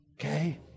Okay